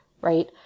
right